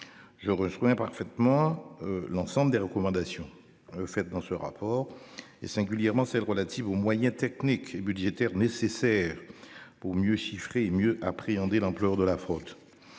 Je rejoins parfaitement. L'ensemble des recommandations. Faites dans ce rapport et singulièrement celles relatives aux moyens techniques et budgétaires nécessaires pour mieux chiffrer et mieux appréhender l'ampleur de la fraude.